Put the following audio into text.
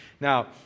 Now